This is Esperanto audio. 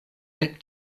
dek